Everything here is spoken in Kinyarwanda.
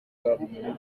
buri